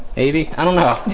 baby. i don't know.